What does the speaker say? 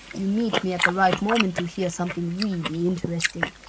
you meet me at the right moment to hear something really interesting.